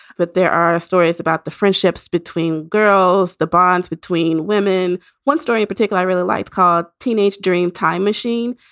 but there are stories about the friendships between girls, the bonds between women one story in particular i really liked called teen age during a time machine.